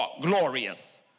glorious